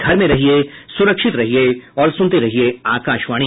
घर में रहिये सुरक्षित रहिये और सुनते रहिये आकाशवाणी